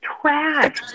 trash